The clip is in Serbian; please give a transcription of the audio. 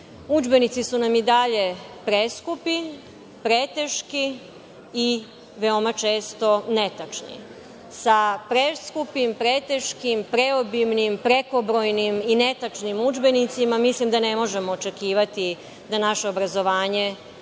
bude. Udžbenici su nam i dalje preskupi, preteški i veoma često netačni. Sa preskupim, preteškim, preobimnim, prekobrojnim i netačnim udžbenicima mislim da ne možemo očekivati da naše obrazovanje